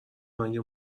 مگه